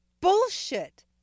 bullshit